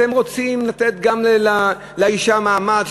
שאתם רוצים לתת גם לאישה מעמד,